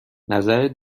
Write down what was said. نظرت